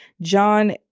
John